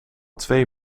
twee